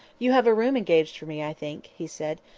you have a room engaged for me, i think, he said,